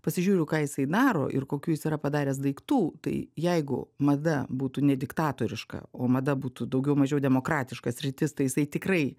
pasižiūriu ką jisai daro ir kokių jis yra padaręs daiktų tai jeigu mada būtų ne diktatoriška o mada būtų daugiau mažiau demokratiška sritis tai jisai tikrai